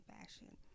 fashion